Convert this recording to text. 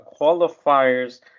qualifiers